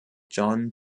john